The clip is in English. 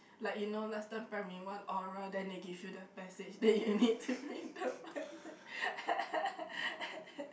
like you know last time primary one oral then they give you the passage then you need to read the pessage >